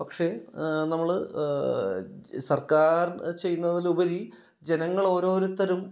പക്ഷേ നമ്മൾ സർക്കാർ ചെയ്യുന്നതിലുപരി ജനങ്ങൾ ഓരോരുത്തരും